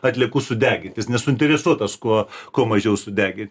atliekų sudegint jis nesuinteresuotas kuo kuo mažiau sudegint